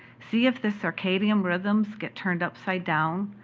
see if the circadian rhythms get turned upside down,